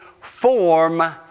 form